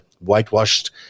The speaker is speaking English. whitewashed